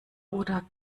oder